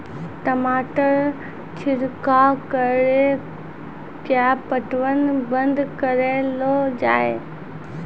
टमाटर छिड़काव कड़ी क्या पटवन बंद करऽ लो जाए?